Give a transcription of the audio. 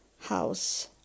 house